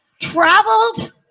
traveled